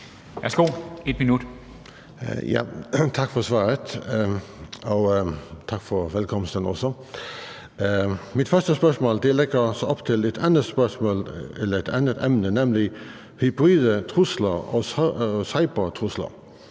tak for velkomsten. Mit første spørgsmål lægger så op til et andet spørgsmål, nemlig om hybride trusler og cybertrusler.